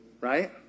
Right